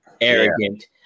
arrogant